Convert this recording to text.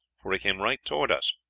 for he came right towards us.